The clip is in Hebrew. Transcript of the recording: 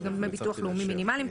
וגם דמי ביטוח לאומי מינימליים,